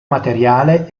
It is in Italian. materiale